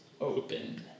Open